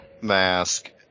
mask